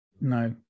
No